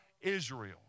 Israel